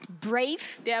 brave